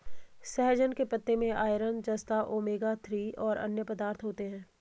सहजन के पत्ते में आयरन, जस्ता, ओमेगा थ्री और अन्य पदार्थ होते है